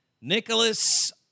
Nicholas